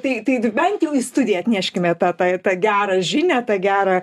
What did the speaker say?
tai tai bent jau į studiją atneškime tą tą tą gerą žinią tą gerą